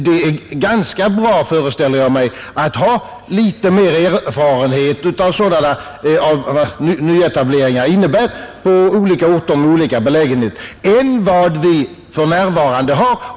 Det vore ganska bra, föreställer jag mig, att ha litet mer erfarenhet av vad nyetableringar innebär på orter med olika belägenhet än vad vi för närvarande har.